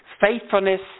faithfulness